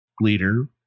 leader